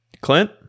Clint